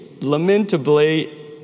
lamentably